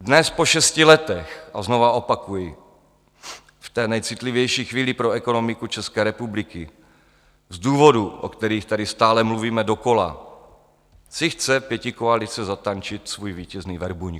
Dnes, po šesti letech, to znovu opakuji, v té nejcitlivější chvíli pro ekonomiku České republiky z důvodů, o kterých tady stále mluvíme dokola, si chce pětikoalice zatančit svůj vítězný verbuňk.